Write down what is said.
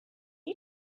you